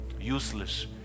useless